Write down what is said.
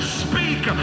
speak